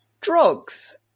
Drugs